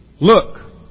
Look